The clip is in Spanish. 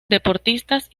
deportistas